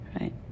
right